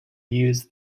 use